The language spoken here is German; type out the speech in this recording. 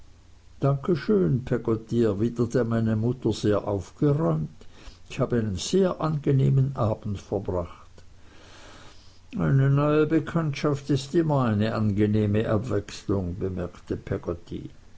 danke schön peggotty erwiderte meine mutter sehr aufgeräumt ich habe einen sehr angenehmen abend verbracht eine neue bekanntschaft ist immer eine angenehme abwechslung bemerkte